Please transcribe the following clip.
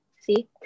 See